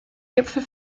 gipfel